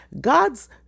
God's